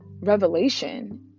revelation